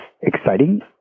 exciting